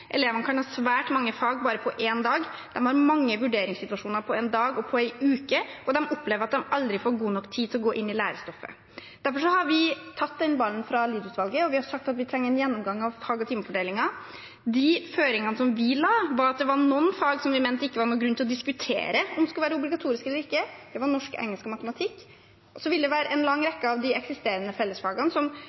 Elevene kan ha svært mange fag bare på en dag, de har mange vurderingssituasjoner på en dag og på en uke, og de opplever at de aldri får god nok tid til å gå inn i lærestoffet. Derfor har vi tatt den ballen fra Lied-utvalget, og vi har sagt at vi trenger en gjennomgang av fag- og timefordelingen. De føringene vi la, var at noen fag mente vi det ikke var noen grunn til å diskutere om skulle være obligatoriske eller ikke, og det var norsk, engelsk og matematikk. Så vil det være en lang rekke av de eksisterende fellesfagene